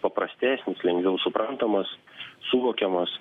paprastesnis lengviau suprantamas suvokiamas